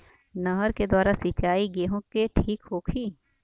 नहर के द्वारा सिंचाई गेहूँ के ठीक होखि?